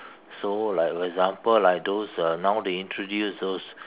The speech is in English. so like for example like those uh now they introduce those